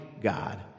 God